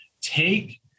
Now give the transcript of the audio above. take